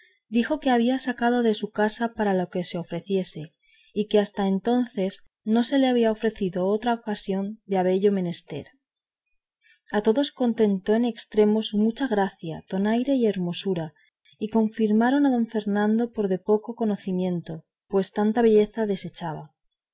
dijo que había sacado de su casa para lo que se ofreciese y que hasta entonces no se le había ofrecido ocasión de habello menester a todos contentó en estremo su mucha gracia donaire y hermosura y confirmaron a don fernando por de poco conocimiento pues tanta belleza desechaba